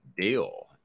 deal